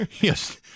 Yes